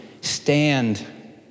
stand